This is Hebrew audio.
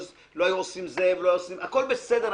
היו עושים זה ולא היו עושים הכול בסדר,